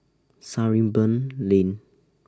Sarimbun Lane